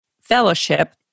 fellowship